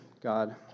God